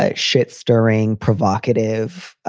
ah shit stirring, provocative,